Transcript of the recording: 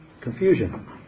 confusion